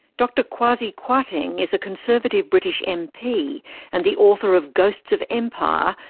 dr kwasi kwarteng is a conservative british mp and the author of ghosts of empire,